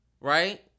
right